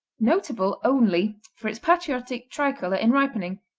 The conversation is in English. notable only for its patriotic tri-color in ripening,